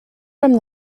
from